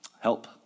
Help